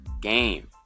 game